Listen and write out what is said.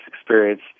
experience